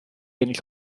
ennill